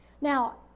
Now